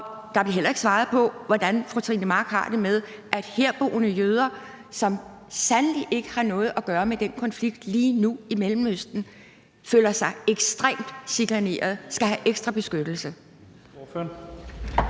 Der blev heller ikke svaret på, hvordan fru Trine Pertou Mach har det med, at herboende jøder, som sandelig ikke har noget at gøre med den konflikt, der lige nu er i Mellemøsten, føler sig ekstremt chikaneret, og at de skal have ekstra beskyttelse.